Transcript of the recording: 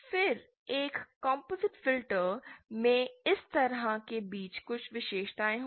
फिर एक composite filter में इस तरह के बीच कुछ विशेषताएं होंगी